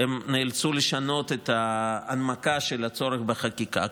והם נאלצו לשנות את ההנמקה של הצורך בחקיקה,